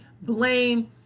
blame